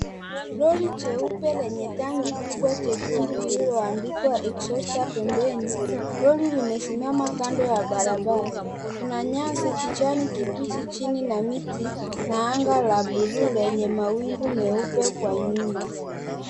Lori jeupe lenye tanki kubwa jekundu lililoandikwa exhauster pembeni, lori limesimama kando ya barabara, kuna nyasi kijani kibichi chini na miti na anga la bluu lenye mawingu meupe kwa nyuno.